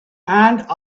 and